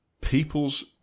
people's